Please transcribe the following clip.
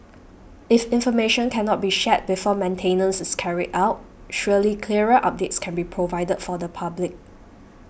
if information cannot be shared before maintenance is carried out surely clearer updates can be provided for the public